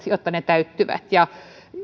jotta ne täyttyvät